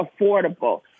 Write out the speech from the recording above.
affordable